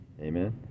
Amen